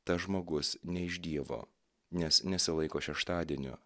tas žmogus ne iš dievo nes nesilaiko šeštadienio